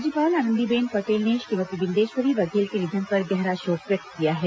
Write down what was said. राज्यपाल आनन्दीबेन पटेल ने श्रीमती बिंदेश्वरी बघेल के निधन पर गहरा शोक व्यक्त किया है